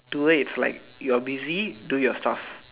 to her it's like you're busy do your stuff